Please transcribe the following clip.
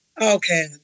Okay